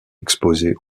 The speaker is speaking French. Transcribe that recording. exposées